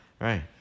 Right